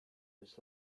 his